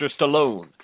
Stallone